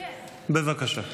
בבקשה.